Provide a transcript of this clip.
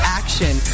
action